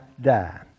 die